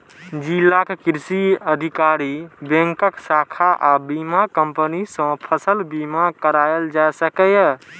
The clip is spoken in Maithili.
जिलाक कृषि अधिकारी, बैंकक शाखा आ बीमा कंपनी सं फसल बीमा कराएल जा सकैए